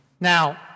now